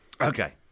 Okay